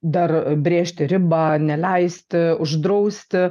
dar brėžti ribą neleisti uždrausti